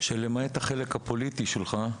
שלמעט החלק הפוליטי שלך,